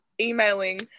emailing